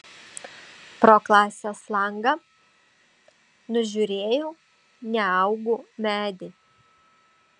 pro klasės langą nužiūrėjau neaugų medį